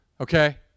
okay